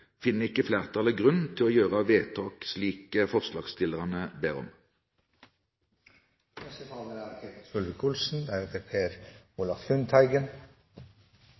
finner ikke flertallet grunn til å gjøre vedtak slik forslagsstillerne ber om. Forslaget bunner i et ønske om at vi skal bruke skattebetalernes penger mer effektivt. Jeg er